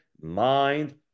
Mind